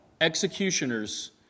executioners